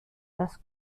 das